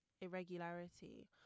irregularity